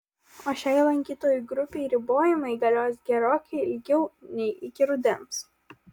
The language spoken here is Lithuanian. o šiai lankytojų grupei ribojimai galios gerokai ilgiau nei iki rudens